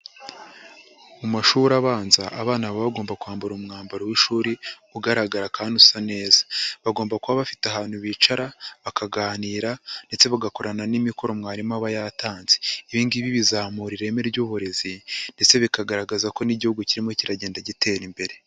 Mu mashuri abanza abana baba bagomba kwambara umwambaro w'ishuri ugaragara kandi usa neza, bagomba kuba bafite ahantu bicara, bakaganira ndetse bagakorana n'imikoro mwarimu aba yatanze, ibi ngibi bizamura ireme ry'uburezi ndetse bikagaragaza ko n'igihugu kirimo kiragenda gitera imbere.